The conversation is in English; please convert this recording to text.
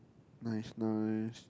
nice nice